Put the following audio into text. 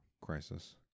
Crisis